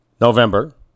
November